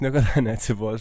negali neatsibost